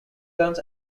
guns